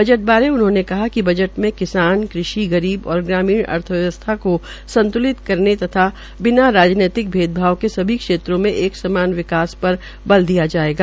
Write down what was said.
budget बारे उन्होंने कहा कि किसान कृषि गरीब और ग्रामीण अर्थव्यवस्था को संत्लित करने तथा बिना राजनैतिक भेदभाव के सभी क्षेत्रों में एक समान विकास पर बल दिया जाएगा